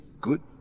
good